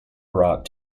brought